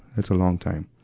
that's a long time.